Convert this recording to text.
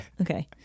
okay